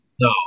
No